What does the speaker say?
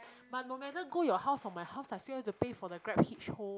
but no matter go your house or my house I'll still have to pay for the grabhitch home